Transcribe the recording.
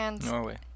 Norway